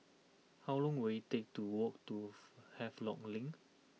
how long will it take to walk to Havelock Link